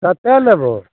कते लेबहो